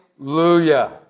Hallelujah